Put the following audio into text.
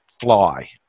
fly